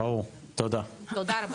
תודה.